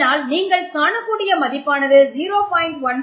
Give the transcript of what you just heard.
அதனால் நீங்கள் காணக்கூடிய மதிப்பானது 0